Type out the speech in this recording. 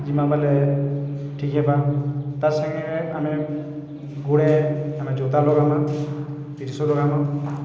ଯିମା ବଲେ ଠିକ୍ ହେବା ତାର୍ ସାଙ୍ଗେ ଆମେ ଗୋଡ଼େ ଆମେ ଜୋତା ଲଗାମା ଲଗାମା